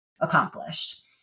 accomplished